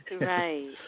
Right